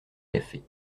cafés